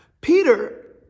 Peter